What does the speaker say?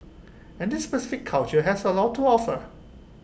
and this specific culture has A lot to offer